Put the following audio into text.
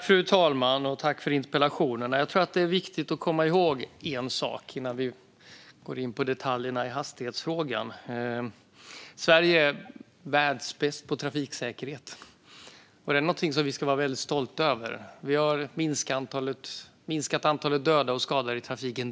Fru talman! Jag tackar för interpellationen. Jag tror att det är viktigt att komma ihåg en sak innan vi går in på detaljerna i hastighetsfrågan. Sverige är världsbäst på trafiksäkerhet. Detta är något vi ska vara väldigt stolta över. Vi har under lång tid i Sverige dramatiskt minskat antalet döda och skadade i trafiken.